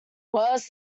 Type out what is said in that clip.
worse